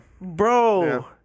Bro